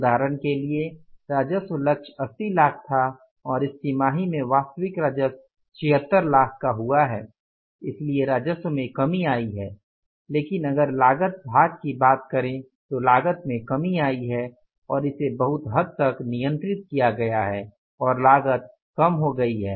उदाहरण के लिए राजस्व लक्ष्य ८० लाख था और इस तिमाही में वास्तविक राजस्व ७६ लाख का हुआ है इसलिए राजस्व में कमी आई है लेकिन अगर लागत भाग की बात करें तो लागत में कमी आई है और इसे बहुत हद तक नियंत्रित किया गया है और लागत कम हो गई है